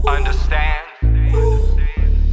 Understand